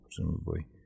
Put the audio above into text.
presumably